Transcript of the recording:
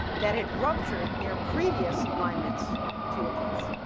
that had ruptured their previous alignments to a place.